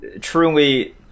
Truly